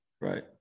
right